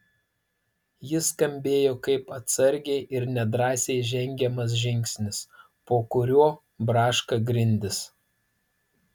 jis skambėjo kaip atsargiai ir nedrąsiai žengiamas žingsnis po kuriuo braška grindys